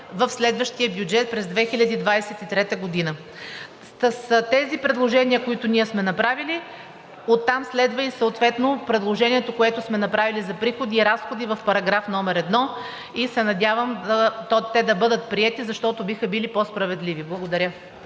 в следващия бюджет – през 2023 г. С тези предложения, които сме направили, следва съответно и предложението, което сме направили за приходи и разходи в § 1. Надявам се те да бъдат приети, защото биха били по справедливи. Благодаря.